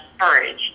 courage